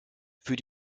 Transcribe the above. für